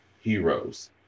heroes